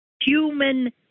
human